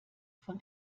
von